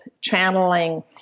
channeling